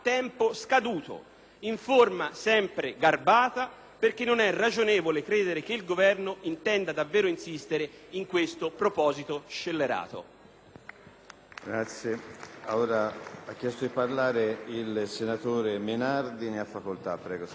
in forma sempre garbata, perche´ non eragionevole credere che il Governo intenda davvero insistere in questo proposito scellerato.